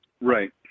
Right